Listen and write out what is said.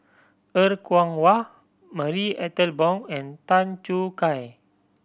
Er Kwong Wah Marie Ethel Bong and Tan Choo Kai